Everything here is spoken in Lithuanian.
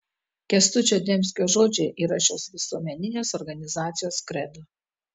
kęstučio demskio žodžiai yra šios visuomeninės organizacijos kredo